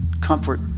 comfort